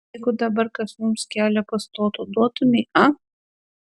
jeigu dabar kas mums kelią pastotų duotumei a